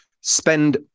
spend